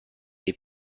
dei